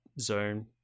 zone